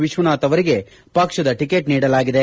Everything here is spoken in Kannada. ವಿಶ್ವನಾಥ್ ಅವರಿಗೆ ಪಕ್ಷದಿಂದ ಟಿಕೆಟ್ ನೀಡಲಾಗಿದೆ